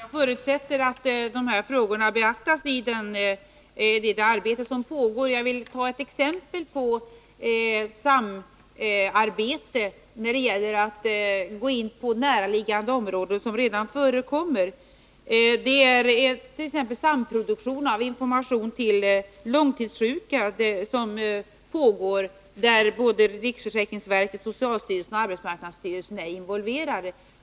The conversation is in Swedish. Herr talman! Jag förutsätter att dessa frågor beaktas i det översynsarbete som pågår. Jag vill dock ge ett exempel på samarbete när det gäller att gå in på näraliggande områden som redan förekommer. Det pågår en samproduktion av information till långtidssjuka, där såväl riksförsäkringsverket som socialstyrelsen och arbetsmarknadsstyrelsen är involverade.